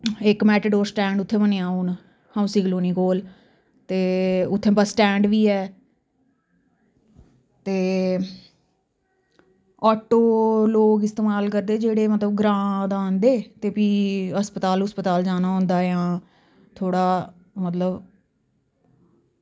ते इक matador stand उत्थें बनेआ हून हाऊसिंग कलोनी कोल ते उत्थें बस स्टैंड बी ऐ ते आटो लोग इस्तेमाल करदे जेह्ड़े मतलव ग्रांऽ दे आंदे ते फ्ही हस्पताल हुस्पताल जाना होंदा जां थोह्ड़ा मतलव